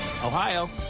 Ohio